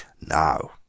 Now